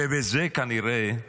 ובזה כנראה הצליחו.